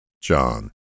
John